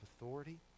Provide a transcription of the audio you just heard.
authority